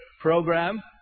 program